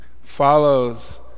follows